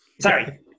Sorry